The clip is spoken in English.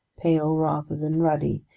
pale rather than ruddy,